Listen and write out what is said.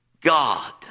God